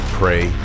pray